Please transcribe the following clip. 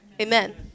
Amen